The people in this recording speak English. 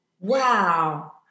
Wow